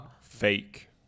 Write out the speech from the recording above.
fake